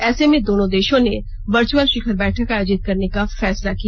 ऐसे में दोनों देशों ने वर्च्अल शिखर बैठक आयोजित करने का फैसला किया